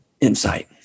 insight